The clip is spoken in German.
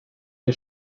der